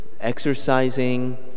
exercising